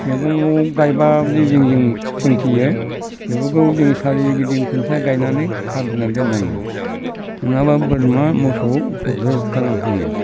मैगङाव गायोबा बे जिं जिं सोंथेयो बेफोरखौ जोङो सोरिगिदिं खुन्थिया गायनानै खानानै दोननाङो नङाबा बोरमा मोसौ उफद्रप खालामफैयो